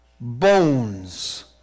Bones